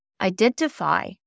Identify